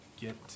get